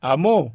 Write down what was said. Amo